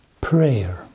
Prayer